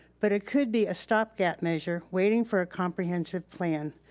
but it could be a stopgap measure waiting for a comprehensive plan.